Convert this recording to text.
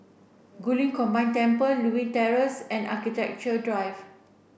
Guilin Combined Temple Lewin Terrace and Architecture Drive